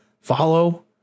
follow